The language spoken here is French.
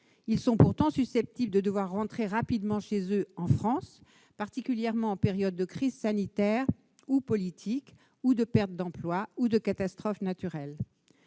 Ils sont pourtant susceptibles de devoir rentrer rapidement chez eux en France, en particulier en période de crise sanitaire ou politique, ou en cas de perte d'emploi ou de catastrophe naturelle.